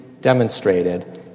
demonstrated